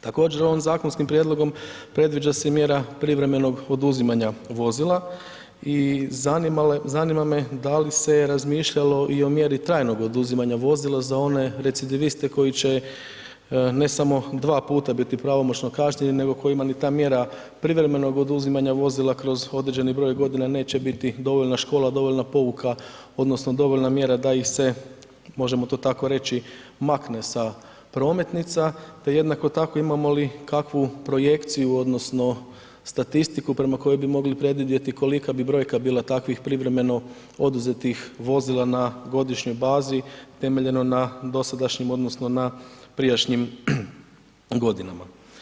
Također ovim zakonskim prijedlogom predviđa se i mjera privremenog oduzimanja vozila i zanima me da li se je razmišljalo i o mjeri trajnog oduzimanja vozila za one recidiviste koji će ne samo dva puta biti pravomoćno kažnjeni, nego kojima ni ta mjera privremenog oduzimanja vozila kroz određeni broj godina neće biti dovoljna škola, dovoljna pouka odnosno dovoljna mjera da ih se, možemo to tako reći, da ih se makne sa prometnica, te jednako tako imamo li kakvu projekciju odnosno statistiku prema kojom bi mogli predvidjeti kolika bi brojka bila takvih privremeno oduzetih vozila na godišnjoj bazi temeljeno na dosadašnjim odnosno na prijašnjim godinama.